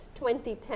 2010